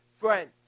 friends